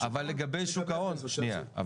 ושוק ההון --- שנייה,